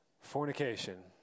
Fornication